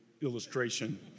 illustration